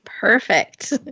perfect